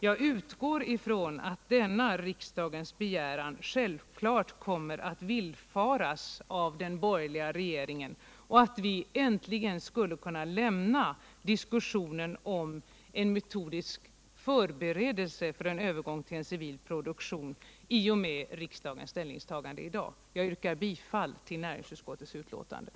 Jag utgår ifrån att denna riksdagens begäran självfallet kommer att villfaras av den borgerliga regeringen och att vi äntligen i och med riksdagens ställningstagande i detta ärende i dag kan lämna diskussionen om en metodisk förberedelse för en övergång till en civil produktion. Jag yrkar bifall till näringsutskottets hemställan.